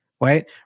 right